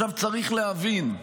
צריך להבין.